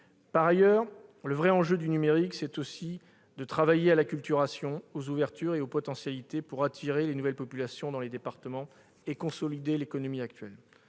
véritable enjeu du numérique, c'est aussi de travailler à l'acculturation, aux ouvertures et aux potentialités pour attirer de nouvelles populations dans les départements et consolider l'économie actuelle.